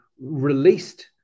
released